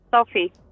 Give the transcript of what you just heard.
Sophie